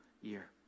year